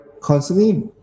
constantly